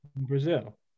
Brazil